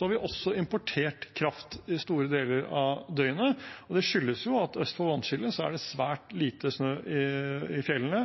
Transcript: har vi også importert kraft i store deler av døgnet. Det skyldes at øst for vannskillet er det svært lite snø i fjellene,